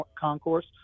concourse